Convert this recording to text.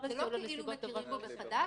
מכירים בו מחדש,